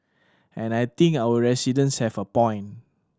and I think our residents have a point